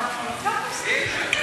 תודה רבה לחבר הכנסת משה גפני.